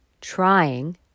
trying